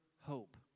hope